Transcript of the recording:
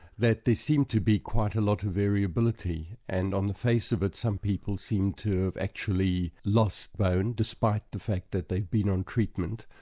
that there seemed to be quite a lot of variability, and on the face of it, some people seem to have actually lost bone, despite the fact that they've been on treatment,